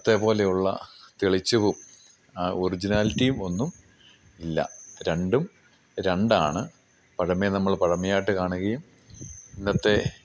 ഇന്നത്തെ പോലെ ഉള്ള തെളിച്ചവും ഒറിജിനാലിറ്റിയും ഒന്നും ഇല്ല രണ്ടും രണ്ട് ആണ് പഴമയെ നമ്മൾ പഴമയായിട്ട് കാണുകയും ഇന്നത്തെ